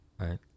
right